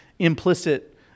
implicit